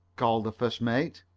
called the first mate.